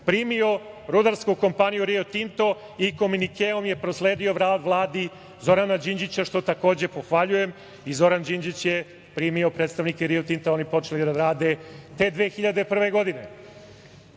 primio rudarsku kompaniju Rio Tinto i kominikeom je prosledio Vladi Zorana Đinđića, što takođe pohvaljujem i Zoran Đinđić je primio predstavnike Rio Tinta, oni počeli da rade te 2001. godine. Da